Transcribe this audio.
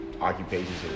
occupations